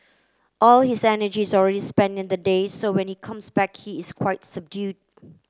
all his energy is already spent in the day so when he comes back he is quite subdued